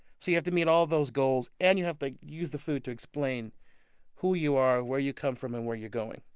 so you have to meet all of those goals, and you have to use the food to explain who you are, where you come from, and where you're going.